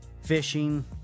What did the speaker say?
fishing